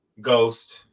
Ghost